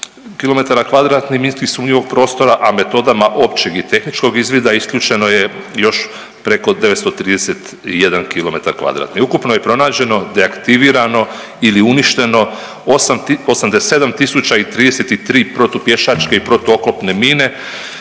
km2 minski sumnjivog prostora, a metodama i tehničkog izvida isključeno je još preko 931 kilometar kvadratni. Ukupno je pronađeno, deaktivirano ili uništeno 87 tisuća 33 protupješačke i protuoklopne mine,